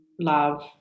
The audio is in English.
love